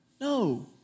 No